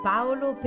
Paolo